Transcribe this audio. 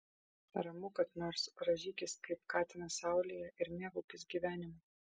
ramu kad nors rąžykis kaip katinas saulėje ir mėgaukis gyvenimu